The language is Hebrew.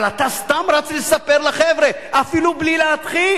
אבל אתה סתם רץ לספר לחבר'ה, אפילו בלי להתחיל.